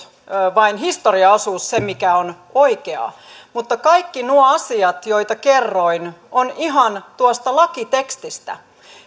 vain historiaosuus se mikä on oikeaa mutta kaikki nuo asiat joita kerroin ovat ihan tuosta lakitekstistä